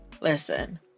Listen